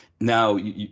now